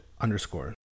underscore